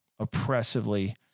oppressively